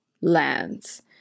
lands